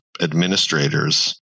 administrators